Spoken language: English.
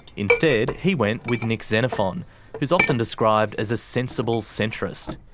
instead he went with nick xenophon, who is often described as a sensible centrist.